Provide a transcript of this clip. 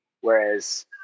Whereas